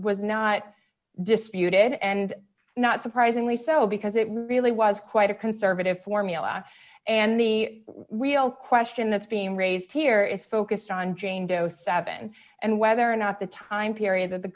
was not disputed and not surprisingly so because it really was quite a conservative formula and the real question that's being raised here is focused on jane doe seven and whether or not the time period that the